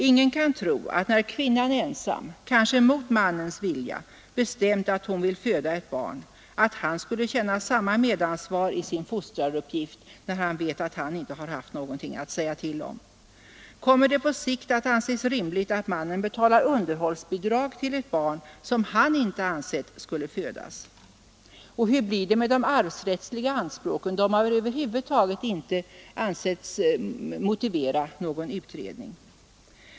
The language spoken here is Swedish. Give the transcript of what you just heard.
Ingen kan tro att då kvinnan ensam, kanske mot mannens vilja, bestämt att hon vill föda ett barn, han skulle känna samma medansvar i sin fostraruppgift när han vet att han inte har haft något att säga till om. Kommer det på sikt att anses rimligt att mannen betalar underhållsbidrag till ett barn som han inte ansett skulle födas? Hur blir det med de arvsrättsliga anspråken? De har över huvud taget inte ansetts motivera någon utredning.